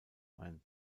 ein